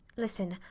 listen.